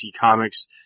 comics